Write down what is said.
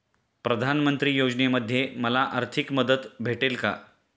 प्रधानमंत्री योजनेमध्ये मला आर्थिक मदत भेटेल का?